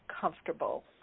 comfortable